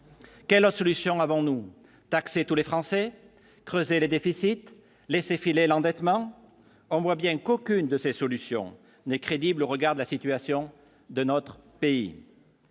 quelle autre solution avant nous taxer tous les Français, creuser les déficits, laisser filer l'endettement au moins bien qu'aucune de ces solutions n'est crédible au regard de la situation de notre pays.